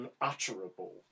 unutterable